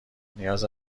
نیاز